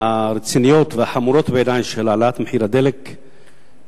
הרציניות והחמורות בעיני של העלאת מחיר הדלק לאחרונה,